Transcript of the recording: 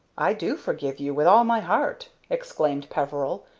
i do forgive you, with all my heart, exclaimed peveril,